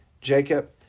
Jacob